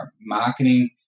marketing